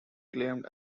claimed